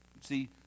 See